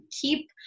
keep